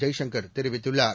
ஜெய்சங்கர் தெரிவித்துள்ளார்